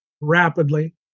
rapidly